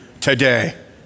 today